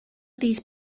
these